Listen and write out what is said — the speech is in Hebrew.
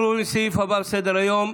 אנחנו עוברים לסעיף הבא שעל סדר-היום,